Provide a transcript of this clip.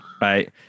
Right